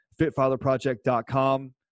fitfatherproject.com